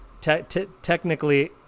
technically